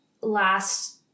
last